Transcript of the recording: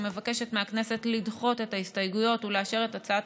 אני מבקשת מהכנסת לדחות את ההסתייגויות ולאשר את הצעת